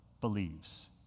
believes